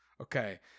Okay